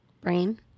brain